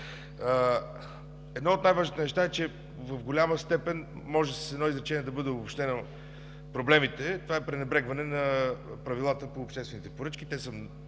Едно от най-важните неща е, че в голяма степен може с едно изречение да бъдат обобщени проблемите. Това е пренебрегване на правилата по обществените поръчки.